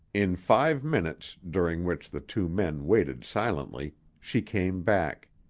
in five minutes, during which the two men waited silently, she came back.